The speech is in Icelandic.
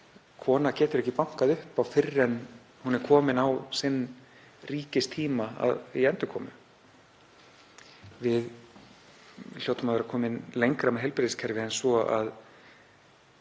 kona getur ekki bankað upp á fyrr en hún er komin á sinn ríkistíma í endurkomu. Við hljótum að vera komin lengra með heilbrigðiskerfið en svo að